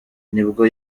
nibwo